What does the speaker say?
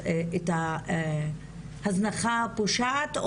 את ההזנחה הפושעת,